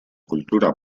cultura